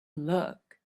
look